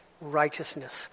righteousness